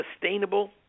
sustainable